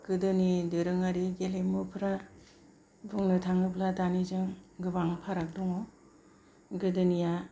गोदोनि दोरोङारि गेलेमुफोरा बुंनो थाङोब्ला दानिजों गोबां फाराग दङ गोदोनिया